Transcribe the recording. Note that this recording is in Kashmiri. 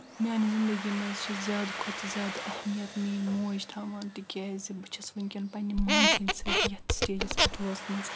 میٛانہِ زِنٛدگی منٛز چھِ زیادٕ کھۅتہٕ زیادٕ اہمیت میٛٲنۍ موج تھاوان تہِ کیٛاز بہٕ چھَس وُنکٮ۪ن پنٕنہِ ماجہِ ہٕنٛدۍ سۭتۍ یَتھ سِٹیجس پٮ۪ٹھ وٲژمٕژ